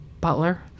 Butler